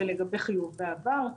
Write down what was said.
ולגבי חיובי עבר,